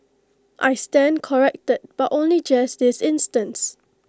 I stand corrected but only just this instance